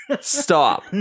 Stop